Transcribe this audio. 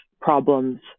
problems